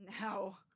No